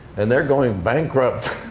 and they're going bankrupt.